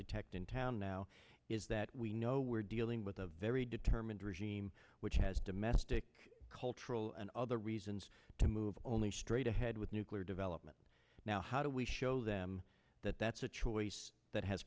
detect in town now is that we know we're dealing with a very determined regime which has domestic cultural and other reasons to move only straight ahead with nuclear development now how do we show them that that's a choice that has